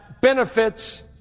benefits